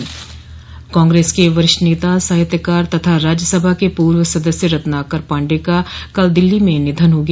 कांग्रेस के वरिष्ठ नेता साहित्यकार तथा राज्यसभा के पूर्व सदस्य रत्नाकर पाण्डेय का कल दिल्ली में निधन हो गया